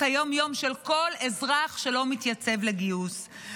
היום-יום של כל אזרח שלא מתייצב לגיוס,